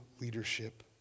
leadership